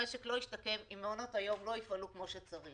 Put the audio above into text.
המשק לא ישתקם אם מעונות היום לא יפעלו כמו שצריך.